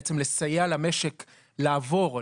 בעצם לסייע למשק לעבור,